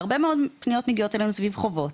והרבה פניות מגיעות אלינו סביב חובות.